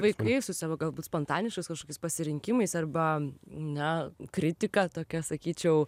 vaikai su savo galbūt spontaniškais kažkokiais pasirinkimais arba na kritika tokia sakyčiau